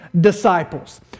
disciples